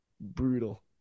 brutal